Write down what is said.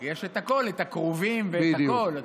יש את הכול, את הכרובים ואת הכול.